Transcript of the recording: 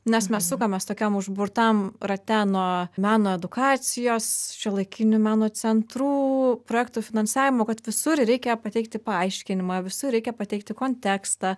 nes mes sukamės tokiam užburtam rate nuo meno edukacijos šiuolaikinių meno centrų projektų finansavimo kad visur reikia pateikti paaiškinimą visur reikia pateikti kontekstą